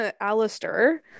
alistair